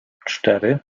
cztery